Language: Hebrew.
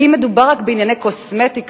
כי אם מדובר רק בענייני קוסמטיקה,